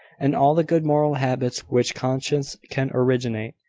and all the good moral habits which conscience can originate.